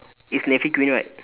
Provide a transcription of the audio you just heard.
it's navy green right